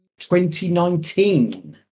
2019